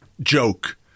joke